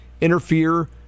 interfere